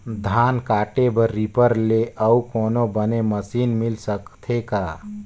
धान काटे बर रीपर ले अउ कोनो बने मशीन मिल सकथे का?